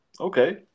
Okay